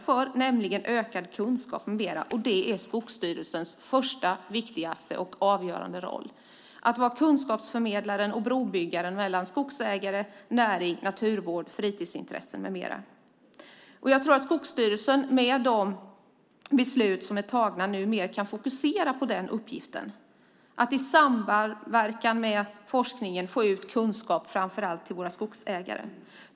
Att vara kunskapsförmedlare och brobyggare mellan skogsägare, näring, naturvård, fritidsintressen med mera är Skogsstyrelsens första, viktigaste och mest avgörande roll. Skogsstyrelsen kan med de beslut som är tagna fokusera på uppgiften att i samverkan med forskningen få ut kunskap framför allt till våra skogsägare.